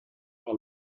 par